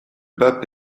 pape